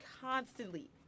constantly